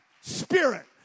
spirit